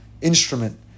instrument